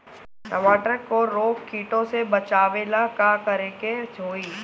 टमाटर को रोग कीटो से बचावेला का करेके होई?